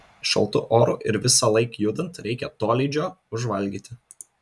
šaltu oru ir visąlaik judant reikia tolydžio užvalgyti